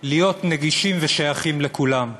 להיות נגישים ושייכים לכולם,